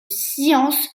sciences